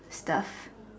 stuff